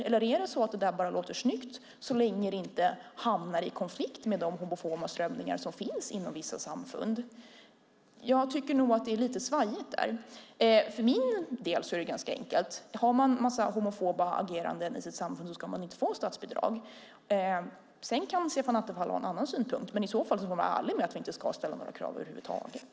Eller är det så att det där bara låter snyggt så länge det inte hamnar i konflikt med de homofoba strömningar som finns inom vissa samfund? Jag tycker nog att det är lite svajigt där. För min del är det ganska enkelt. Har man en massa homofoba ageranden i sitt samfund ska man inte få statsbidrag. Sedan kan Stefan Attefall ha en annan synpunkt, men i så fall får han vara ärlig med att vi inte ska ställa några krav över huvud taget.